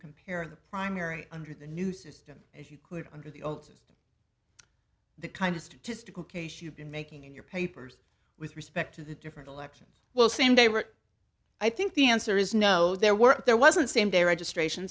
compare the primary under the new system if you could under the old system the kind of statistical case you've been making in your papers with respect to the different elections well same day what i think the answer is no there were there wasn't same day registration